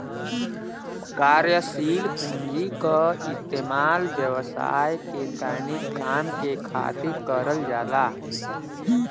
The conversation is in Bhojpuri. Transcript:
कार्यशील पूँजी क इस्तेमाल व्यवसाय के दैनिक काम के खातिर करल जाला